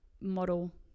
Model